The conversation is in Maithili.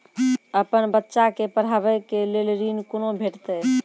अपन बच्चा के पढाबै के लेल ऋण कुना भेंटते?